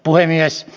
puhemies